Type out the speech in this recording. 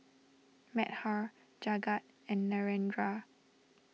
Medha Jagat and Narendra